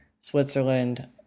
Switzerland